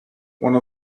one